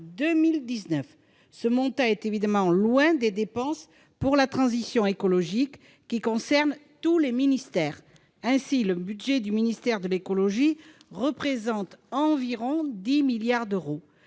2019. Ce montant est évidemment éloigné des dépenses pour la transition écologique qui concernent tous les ministères. Ainsi, le budget du ministère de l'écologie représente environ 10 milliards d'euros,